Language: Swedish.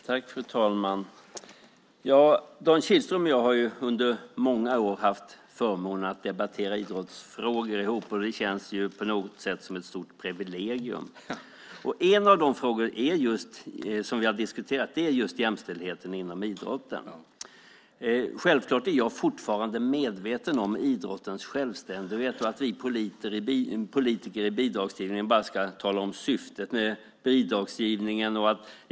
Fru talman! Dan Kihlström och jag har under många år haft förmånen att debattera idrottsfrågor ihop. Det känns på något sätt som ett stort privilegium. En av de frågor som vi har diskuterat är just jämställdheten inom idrotten. Självklart är jag fortfarande medveten om idrottens självständighet och att vi politiker i bidragsgivningen bara ska tala om syftet med bidragsgivningen.